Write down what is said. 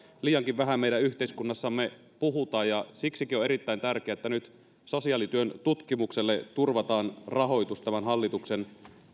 liiankin vähän meidän yhteiskunnassamme puhutaan ja siksikin on erittäin tärkeää että nyt sosiaalityön tutkimukselle turvataan rahoitusta tämän hallituksen